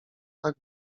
tak